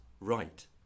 right